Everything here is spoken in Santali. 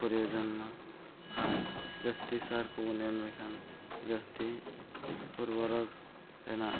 ᱯᱨᱚᱭᱳᱡᱚᱱ ᱢᱟ ᱟᱨ ᱡᱟᱹᱥᱛᱤ ᱥᱟᱨ ᱠᱚᱵᱚᱱ ᱮᱢ ᱞᱮᱠᱷᱟᱱ ᱡᱟᱹᱥᱛᱤ ᱩᱨᱵᱚᱨᱚᱜ ᱨᱮᱱᱟᱜ